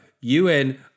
UN